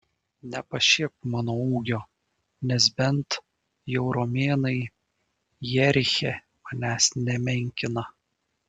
nepašiepk mano ūgio nes bent jau romėnai jeriche manęs nemenkina